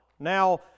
Now